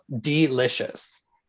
delicious